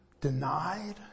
denied